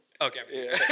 Okay